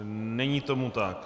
Není tomu tak.